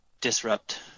disrupt –